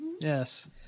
Yes